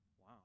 Wow